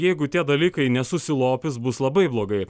jeigu tie dalykai nesusilopys bus labai blogai